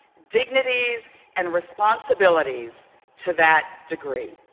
dignities and responsibilities to that degree.